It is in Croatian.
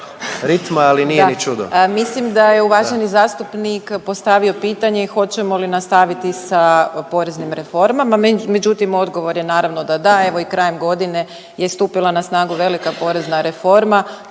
Lugarić, Tereza** Da, mislim da je uvaženi zastupnik postavio pitanje hoćemo li nastaviti sa poreznim reformama, međutim, odgovor je, naravno da da, evo i krajem godine je stupila na snagu velika porezna reforma